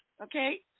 Okay